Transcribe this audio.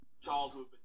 childhood